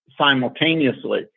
simultaneously